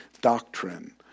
doctrine